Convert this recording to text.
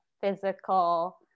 physical